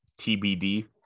TBD